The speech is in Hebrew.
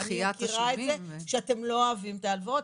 אני מכירה את זה שאתם לא אוהבים את הלוואות,